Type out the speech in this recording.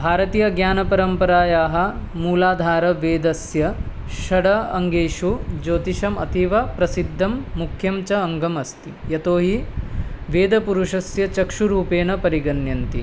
भारतीयज्ञानपरम्परायाः मूलाधारवेदस्य षडाङ्गेषु ज्योतिषम् अतीव प्रसिद्धं मुख्यं च अङ्गमस्ति यतो हि वेदपुरुषस्य चक्षुरूपेण परिगण्यन्ति